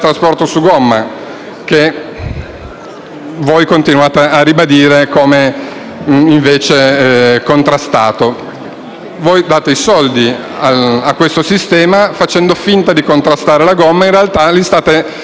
voi continuate a ribadire di voler contrastare. Voi date i soldi a questo sistema, facendo finta di contrastare la gomma e in realtà la state incentivando.